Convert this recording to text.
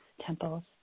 temples